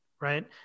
right